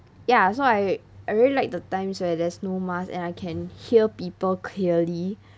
ya so I I really like the times where there's no mask and I can hear people clearly